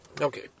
Okay